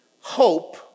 hope